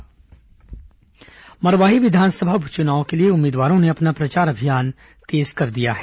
मरवाही उपचुनाव मरवाही विधानसभा उपचुनाव के लिए उम्मीदवारों ने अपना प्रचार अभियान तेज कर दिया है